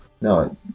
No